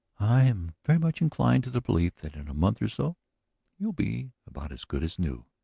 i am very much inclined to the belief that in a month or so you'll be about as good as new.